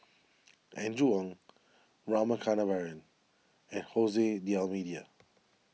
Andrew Ang Rama Kannabiran and Jose D'Almeida